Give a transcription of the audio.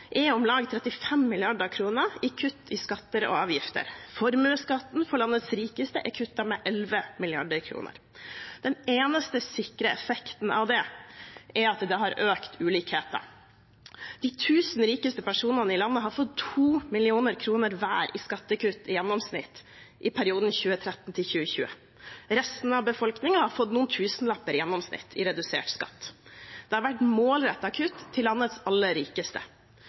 er om lag 35 mrd. kr i kutt i skatter og avgifter. Formuesskatten for landets rikeste er kuttet med 11 mrd. kr. Den eneste sikre effekten av det er at det har økt ulikheten. De tusen rikeste personene i landet har fått 2 mill. kr hver i skattekutt i gjennomsnitt i perioden 2013–2020. Resten av befolkningen har fått noen tusenlapper i gjennomsnitt i redusert skatt. Det har vært målrettede kutt til landets aller rikeste.